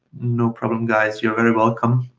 no problem, guys, you're very welcome.